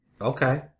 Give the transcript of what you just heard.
Okay